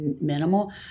minimal